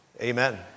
Amen